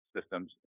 systems